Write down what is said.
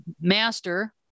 master